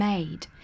Made